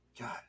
God